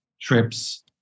trips